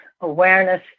awareness